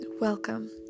welcome